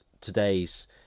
today's